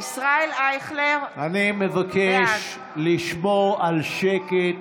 ישראל אייכלר, בעד אני מבקש לשמור על שקט.